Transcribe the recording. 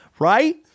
right